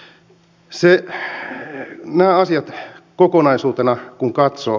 näitä asioita kokonaisuutena kun katsoo